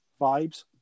vibes